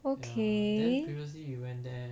okay